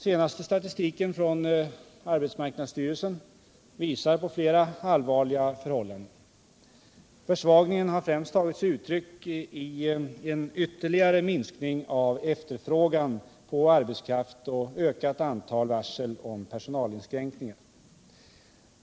Senaste statistiken från AMS visar på flera allvarliga förhållanden. Försvagningen har främst tagit sig uttryck i en ytterligare minskning av efterfrågan på arbetskraft och ökat antal varsel om personalinskränkningar.